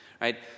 right